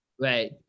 Right